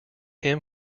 him